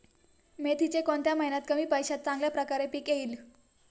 मेथीचे कोणत्या महिन्यात कमी पैशात चांगल्या प्रकारे पीक येईल?